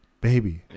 baby